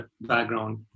background